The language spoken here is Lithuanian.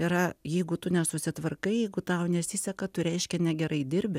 yra jeigu tu nesusitvarkai jeigu tau nesiseka tu reiškia negerai dirbi